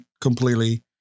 completely